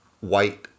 White